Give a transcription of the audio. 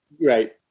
Right